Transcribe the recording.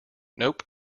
nope